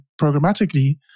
programmatically